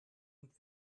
und